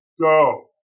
go